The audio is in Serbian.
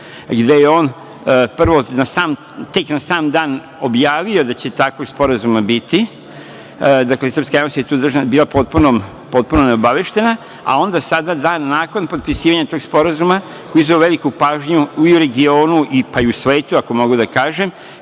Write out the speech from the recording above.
gde je on, prvo tek na sam dan objavio da će takvog sporazuma biti, dakle, srpska javnost je tu bila potpuno neobaveštena, a onda sada dan nakon potpisivanja tog sporazuma, koji je izazvao veliku pažnju i u regionu, pa i u svetu, ako mogu da kažem,